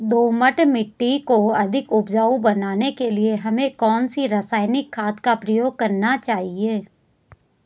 दोमट मिट्टी को अधिक उपजाऊ बनाने के लिए हमें कौन सी रासायनिक खाद का प्रयोग करना चाहिए?